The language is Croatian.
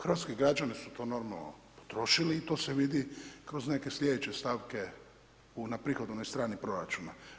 Hrvatski građani su to normalno potrošili i to se vidi kroz neke sljedeće stavke na prihodovnoj strani proračuna.